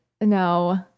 No